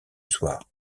soir